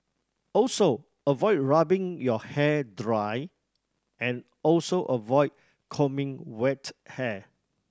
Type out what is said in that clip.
also avoid rubbing your hair dry and also avoid combing wet hair